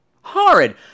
Horrid